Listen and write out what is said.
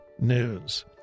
news